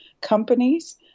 companies